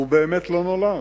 הוא באמת לא נולד,